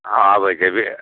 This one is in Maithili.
हँ आबै छै